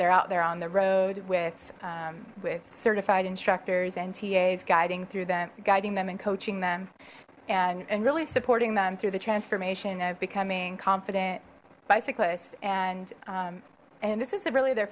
they're out there on the road with with certified instructors and tas guiding through them guiding them and coaching them and and really supporting them through the transformation of becoming confident bicyclist and and this is really their